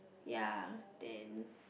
ya then